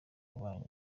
banyu